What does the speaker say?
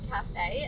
Cafe